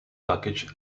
luggage